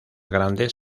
grandes